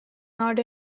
not